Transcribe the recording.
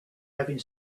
having